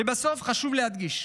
לבסוף, חשוב להדגיש,